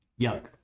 yuck